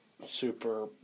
super